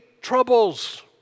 troubles